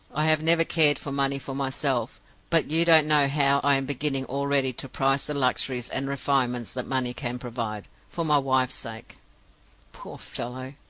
i have never cared for money for myself but you don't know how i am beginning already to prize the luxuries and refinements that money can provide, for my wife's sake poor fellow!